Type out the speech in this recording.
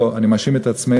לא, אני מאשים את עצמנו.